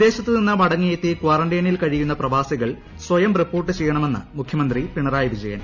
വിദേശത്ത് നിന്ന് മടങ്ങിയെത്തി ക്വാറന്റൈനിൽ കഴിയുന്ന പ്രവാസികൾ സ്വയം റിപ്പോർട്ട് ചെയ്യണമെന്ന് മുഖ്യമന്ത്രി പിണറായി വിജയൻ